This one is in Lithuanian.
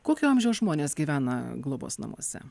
kokio amžiaus žmonės gyvena globos namuose